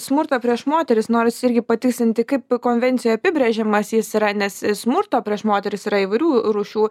smurtą prieš moteris noris irgi patikslinti kaip konvencijoj apibrėžiamas jis yra nes smurto prieš moteris yra įvairių rūšių